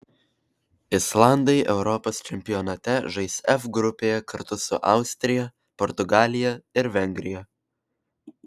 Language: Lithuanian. islandai europos čempionate žais f grupėje kartu su austrija portugalija ir vengrija